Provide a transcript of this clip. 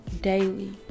daily